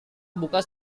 buka